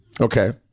Okay